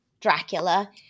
Dracula